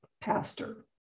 pastor